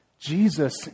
Jesus